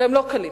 והם לא קלים,